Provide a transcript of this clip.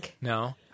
No